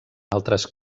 altres